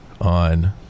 on